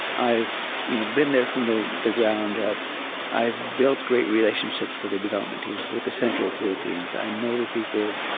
i've you know been there from the the ground-up. i've built great relationships with the development teams, with the central tool teams. i know that people,